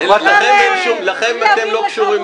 אתם לא קשורים לעניין הזה.